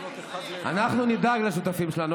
אנחנו נדאג לשותפים שלנו,